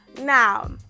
Now